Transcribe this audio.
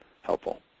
helpful